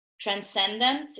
transcendent